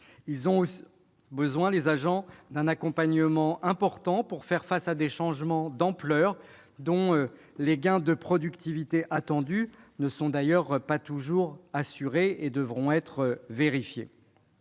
ont besoin d'un accompagnement important pour faire face à ces changements d'ampleur, dont les gains de productivité ne sont d'ailleurs pas toujours assurés et devront être vérifiés.